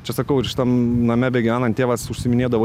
čia sakau ir šitam name begyvenant tėvas užsiiminėdavo